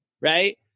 right